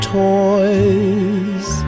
toys